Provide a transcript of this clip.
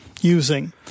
using